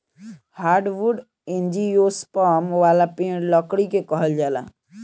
hardwood angiosperm वाला पेड़ लकड़ी के कहल जाला